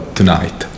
tonight